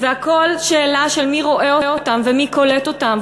והכול שאלה של מי רואה אותם ומי קולט אותם.